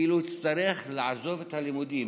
כאילו יצטרכו לעזוב את הלימודים.